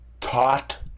taught